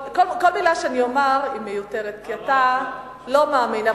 כל מלה שאני אומר היא מיותרת, כי אתה לא מאמין.